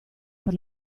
per